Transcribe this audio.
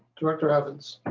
director athens.